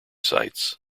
sites